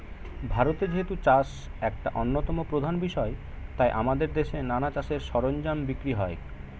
ভারতে যেহেতু চাষ একটা অন্যতম প্রধান বিষয় তাই আমাদের দেশে নানা চাষের সরঞ্জাম বিক্রি হয়